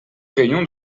réunion